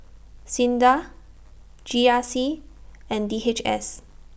SINDA G R C and D H S